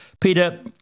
Peter